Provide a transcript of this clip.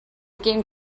game